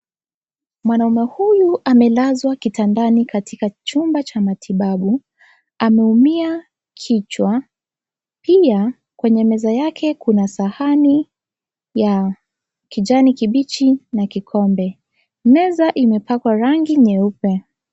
Mwanaume huyu, amelazwa kitandani katika chumba cha matibabu. Ameumia kichwa, pia kwenye meza yake kuna sahani ya kijani kibichi na kikombe. Meza imepakwa rangi nyeupe.